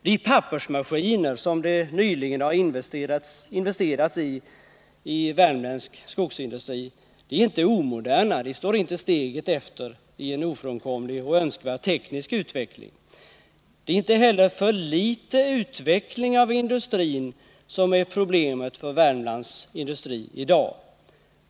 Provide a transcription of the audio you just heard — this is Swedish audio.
De pappersmaskiner som värmländsk skogsindustri har investerat i är inte omoderna, de står inte steget efter i en ofrånkomlig och önskvärd teknisk utveckling. Det är inte heller för liten utveckling av industrin som är problemet för Värmlands industri i dag.